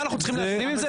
אנחנו צריכים להשלים את זה?